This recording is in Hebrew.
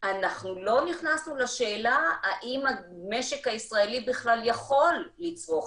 אנחנו לא נכנסנו לשאלה האם המשק הישראלי בכלל יכול לצרוך